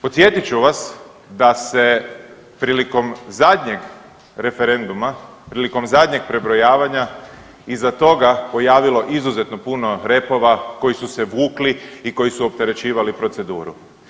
Podsjetit ću vas da se prilikom zadnjeg referenduma, prilikom zadnjeg prebrojavanja iza toga pojavilo izuzetno puno repova koji su se vukli i koji su opterećivali proceduru.